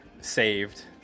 saved